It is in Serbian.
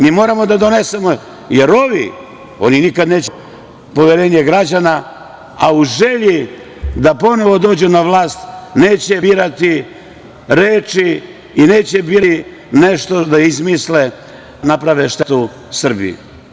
Mi moramo da donesemo, jer ovi, oni nikad neće da dobiju poverenje građana, a u želji da ponovo dođu na vlast, neće birati reči i neće birati nešto da izmisle, da naprave štetu Srbiji.